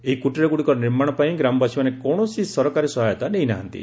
ଏହି କୁଟିରଗୁଡ଼ିକର ନିର୍ମାଣ ପାଇଁ ଗ୍ରାମବାସୀମାନେ କୌଣସି ସରକାରୀ ସହାୟତା ନେଇନାହାନ୍ତି